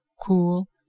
Cool